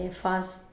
fast